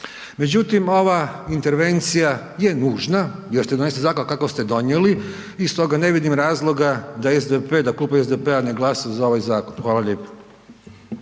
Međutim, ova intervencija je nužna jer ste donijeli zakon kakav ste donijeli i stoga ne vidim razloga da SDP, da klub SDP-a ne glasa za ovaj zakon. Hvala lijepa.